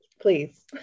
Please